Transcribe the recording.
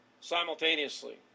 simultaneously